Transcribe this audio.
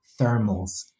thermals